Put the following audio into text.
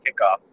kickoff